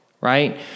right